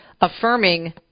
affirming